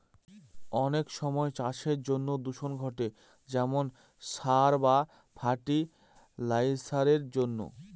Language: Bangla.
অনেক সময় চাষের জন্য দূষণ ঘটে যেমন সার বা ফার্টি লাইসারের জন্য